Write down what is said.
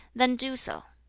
then do so.